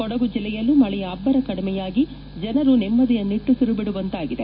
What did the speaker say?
ಕೊಡುಗು ಜಿಲ್ಲೆಯಲ್ಲೂ ಮಳೆಯ ಅಬ್ಬರ ಕಡಿಮೆಯಾಗಿ ಜನರು ನೆಮ್ನದಿಯ ನಿಟ್ಟುಸಿರು ಬಿಡುವಂತಾಗಿದೆ